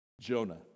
Jonah